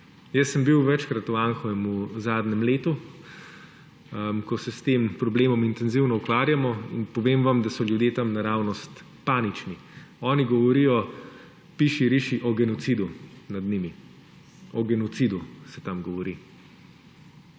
Jaz sem bil večkrat v Anhovem v zadnjem letu, ko se s tem problemom intenzivno ukvarjamo, in povem vam, da so ljudje tam naravnost panični. Oni govorijo, piši, riši, o genocidu nad njimi. O genocidu se tam govori!